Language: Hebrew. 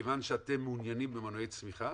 מכיוון שאתם מעוניינים במנועי צמיחה